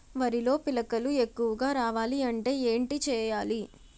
వరిలో పిలకలు ఎక్కువుగా రావాలి అంటే ఏంటి చేయాలి?